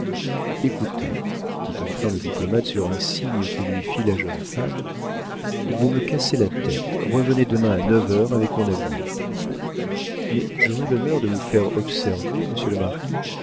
écoutez dit enfin le diplomate sur un signe que lui fit la jeune femme vous me cassez la tête revenez demain à neuf heures avec mon avoué mais j'aurais l'honneur de vous faire observer monsieur le marquis